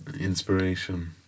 inspiration